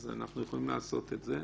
אז אנחנו יכולים לעשות את זה.